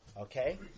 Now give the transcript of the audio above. okay